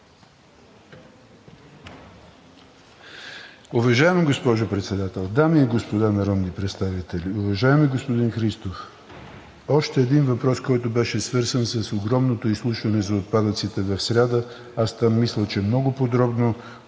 Уважаема госпожо Председател, дами и господа народни представители! Уважаеми господин Христов, още един въпрос, който беше свързан с огромното изслушване за отпадъците в сряда. Там мисля, че много подробно